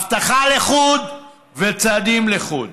הבטחה לחוד וצעדים לחוד.